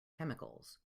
chemicals